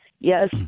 Yes